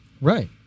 Right